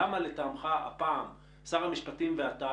למה לטעמך הפעם שר המשפטים ואתה,